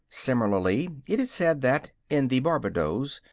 similarly it is said that, in the barbadoes,